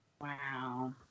Wow